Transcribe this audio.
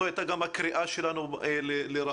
זו הייתה גם הקריאה שלנו לרחל